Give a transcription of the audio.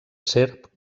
serp